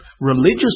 Religious